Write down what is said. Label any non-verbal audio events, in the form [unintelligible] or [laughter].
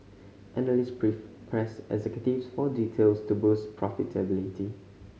analyst [unintelligible] pressed executives for details to boost profitability